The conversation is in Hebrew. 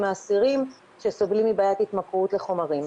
האסירים שסובלים מבעיית התמכרות לחומרים.